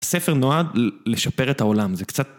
ספר נועד לשפר את העולם, זה קצת...